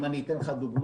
אם אני אתן לך דוגמה,